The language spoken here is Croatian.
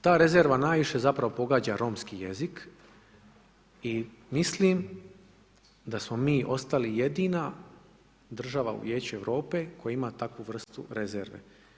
Ta rezerva najviše zapravo pogađa romski jezik i mislim da smo mi ostali jedina država u Vijeću Europe koja ima takvu vrstu rezerve.